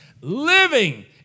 living